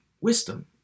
wisdom